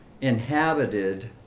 inhabited